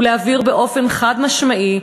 ולהבהיר באופן חד-משמעי,